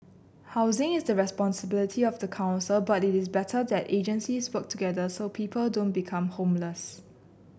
housing is the responsibility of the council but it is better that agencies work together so people don't become homeless